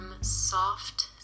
soft